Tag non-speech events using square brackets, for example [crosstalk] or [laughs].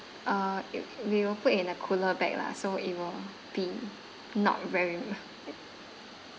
uh it we will put in a cooler bag lah so it will be not very [laughs] [noise]